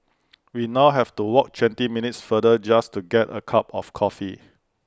we now have to walk twenty minutes farther just to get A cup of coffee